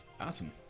Awesome